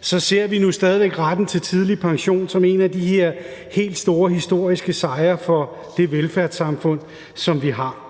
så ser vi nu stadig væk retten til tidlig pension som en af de her helt store historiske sejre for det velfærdssamfund, som vi har.